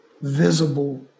visible